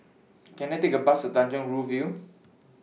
Can I Take A Bus to Tanjong Rhu View